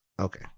Okay